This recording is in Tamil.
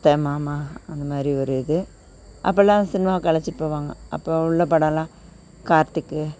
அத்தை மாமா அந்தமாதிரி ஒரு இது அப்பெல்லாம் சினிமாவுக்கு அழைச்சிட்டு போவாங்க அப்போ உள்ள படம்லாம் கார்த்திக்கு